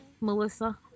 melissa